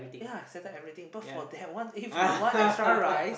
ya settle everything but for that one if you want extra rice